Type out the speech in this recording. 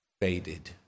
faded